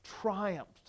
triumphed